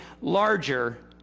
larger